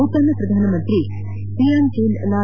ಭೂತಾನ್ನ ಪ್ರಧಾನಮಂತ್ರಿ ಲಿಯಾನ್ವೇನ್ ಡಾ